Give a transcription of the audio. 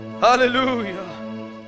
hallelujah